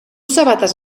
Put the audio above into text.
sabates